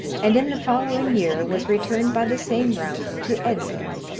and in the following year was returned by the same route to edinburgh,